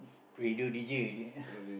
radio D_J already